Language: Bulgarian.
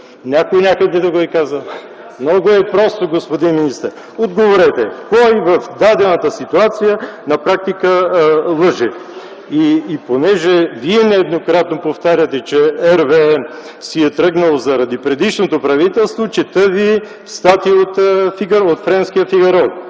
финансите. ПЕТЪР ДИМИТРОВ: Много е просто, господин министър, отговорете: кой в дадената ситуация на практика лъже? И понеже Вие нееднократно повтаряте, че RWE си е тръгнал заради предишното правителство, чета Ви статия от френския вестник